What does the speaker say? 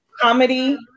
Comedy